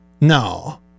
no